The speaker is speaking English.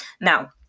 Now